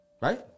Right